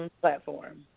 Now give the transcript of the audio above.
Platform